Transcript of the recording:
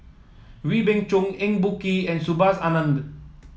Wee Beng Chong Eng Boh Kee and Subhas Anandan